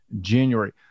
January